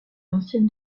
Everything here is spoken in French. ancienne